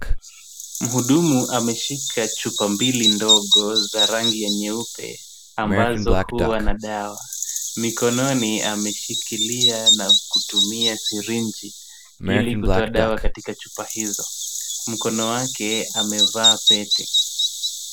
Muhudumu ameshika chupa mbili ndogo za rangi ya nyeupe, ambazo huwa na dawa. Mikononi ameshikilia na kutumia sirenji, ili kutoa dawa katika chupa hizo. Mkono wake amevaa pete.